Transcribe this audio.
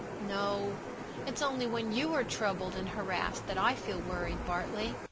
no it's only when you are troubled and harassed that i feel worried, bartley.